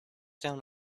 down